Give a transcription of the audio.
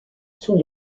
sous